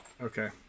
Okay